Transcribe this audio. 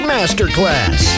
Masterclass